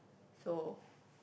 so